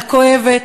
הכואבת,